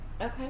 Okay